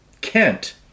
Kent